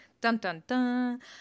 Dun-dun-dun